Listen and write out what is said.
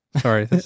Sorry